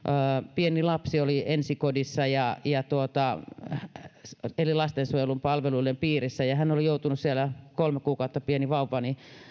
pieni lapsi oli ensikodissa ja ja eri lastensuojelun palveluiden piirissä ja hän oli joutunut siellä kolme kuukautta vanha pieni vauva